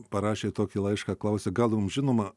parašė tokį laišką klausia gal jums žinoma